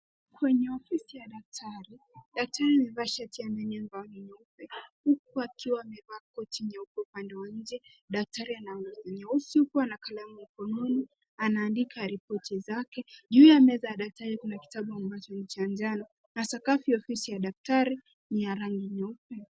Kwenye ofisi ya daktari. Daktari amevaa shati yenye ambayo ni nyeupe huku akiwa amevaa koti nyeupe upande wa nje. Daktari anaonyesha kuwa na kalamu mkononi. Anaandika ripoti zake. Juu ya meza daktari ana kitabu ambacho ni cha mnjano, na sakafu ya ofisi ya daktari ni ya rangi nyeupe.